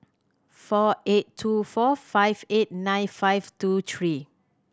four eight two four five eight nine five two three